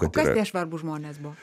o kas tie svarbūs žmonės buvo